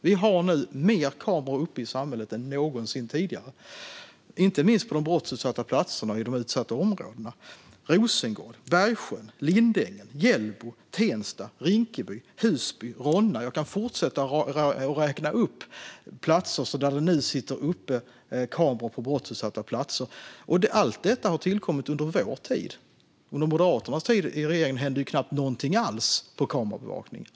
Vi har nu fler kameror uppe i samhället än någonsin tidigare. Det gäller inte minst på de brottsutsatta platserna i de utsatta områdena. Det handlar om Rosengård, Bergsjön, Lindängen, Hjällbo, Tensta, Rinkeby, Husby och Ronna. Jag kan fortsätta att räkna upp platser där det nu sitter uppe kameror på brottsutsatta platser. Allt detta har tillkommit under vår tid. Under Moderaternas tid i regeringen hände knappt någonting alls med kameraövervakning.